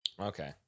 okay